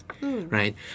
Right